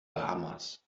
bahamas